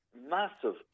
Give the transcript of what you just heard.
massive